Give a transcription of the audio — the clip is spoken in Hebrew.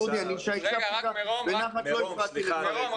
דודי, אני הקשבתי בנחת, לא הפרעתי לך.